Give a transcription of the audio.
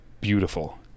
beautiful